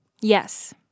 Yes